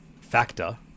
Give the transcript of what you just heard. Factor